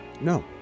No